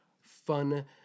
fun